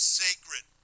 sacred